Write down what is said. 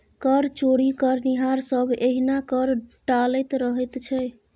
कर चोरी करनिहार सभ एहिना कर टालैत रहैत छै